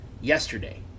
yesterday